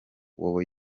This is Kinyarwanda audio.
wowe